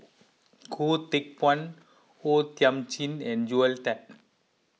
Goh Teck Phuan Thiam Chin and Joel Tan